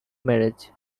marriage